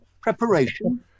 Preparation